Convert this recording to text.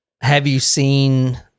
have-you-seen